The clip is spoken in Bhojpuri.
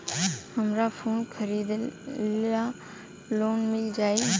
हमरा फोन खरीदे ला लोन मिल जायी?